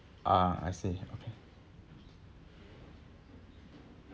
ah I see okay